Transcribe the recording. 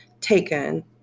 taken